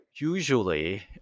usually